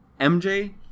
mj